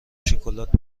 شکلات